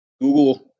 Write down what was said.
Google